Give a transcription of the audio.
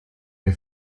mir